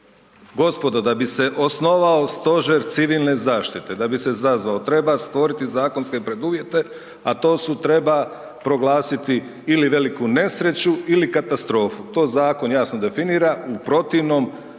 Gospodo, da bi se osnovao Stožer civilne zaštite, da bi se zazvao, treba stvoriti zakonske preduvjete, a to su, treba proglasiti ili veliku nesreću ili katastrofu. To zakon jasno definira, u protivnom